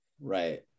right